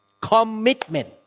Commitment